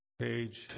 page